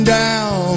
down